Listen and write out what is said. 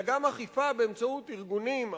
אלא גם אכיפה באמצעות ארגונים,